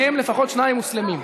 מהם לפחות שניים מוסלמים.